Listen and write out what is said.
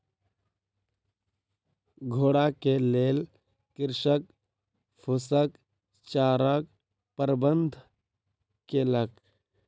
घोड़ा के लेल कृषक फूसक चाराक प्रबंध केलक